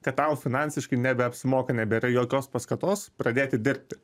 kad tau finansiškai nebeapsimoka nebėra jokios paskatos pradėti dirbti